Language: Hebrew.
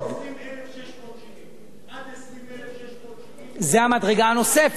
20,670. עד 20,670, זה המדרגה הנוספת.